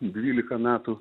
dvylika metų